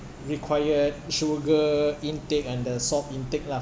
required sugar intake and the salt intake lah